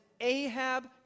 Ahab